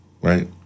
right